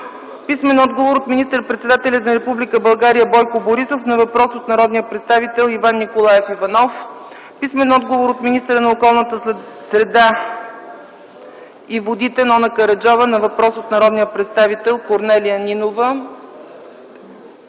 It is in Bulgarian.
следва: - от министър-председателя на Република България Бойко Борисов на въпрос от народния представител Иван Николаев Иванов; - отговор от министъра на околната среда и водите Нона Караджова на въпрос от народния представител Корнелия Нинова;